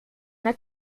hat